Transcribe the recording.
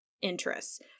interests